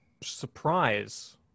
surprise